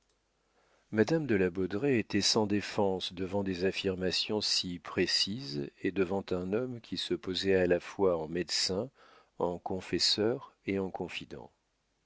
madame de la baudraye était sans défense devant des affirmations si précises et devant un homme qui se posait à la fois en médecin en confesseur et en confident